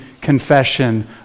confession